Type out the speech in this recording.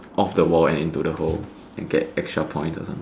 off the wall and into the hole and get extra points or something